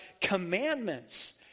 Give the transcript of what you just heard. commandments